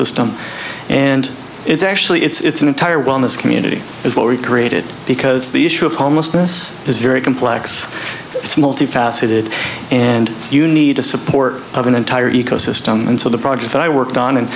system and it's actually it's an entire wellness community as well recreated because the issue of homelessness is very complex it's multi faceted and you need a support of an entire ecosystem and so the project that i worked on and